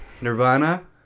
nirvana